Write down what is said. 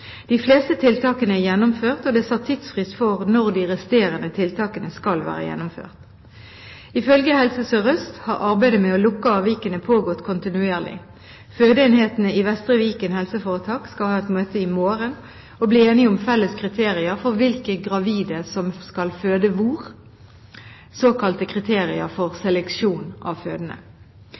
De fleste tiltakene er gjennomført, og det er satt tidsfrist for når de resterende tiltakene skal være gjennomført. Ifølge Helse Sør-Øst har arbeidet med å lukke avvikene pågått kontinuerlig. Fødeenhetene i Vestre Viken helseforetak skal ha et møte i morgen og bli enige om felles kriterier for hvilke gravide som skal føde hvor, såkalte kriterier for seleksjon av fødende.